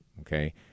okay